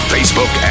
Facebook